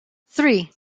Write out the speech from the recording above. three